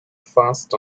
fast